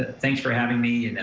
thanks for having me.